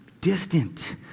distant